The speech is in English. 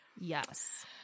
yes